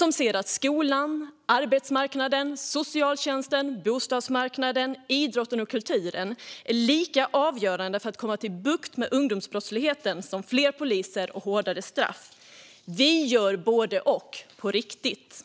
Vi ser att skolan, arbetsmarknaden, socialtjänsten, bostadsmarknaden, idrotten och kulturen är lika avgörande för att få bukt med ungdomsbrottsligheten som fler poliser och hårdare straff. Vi gör både och, på riktigt.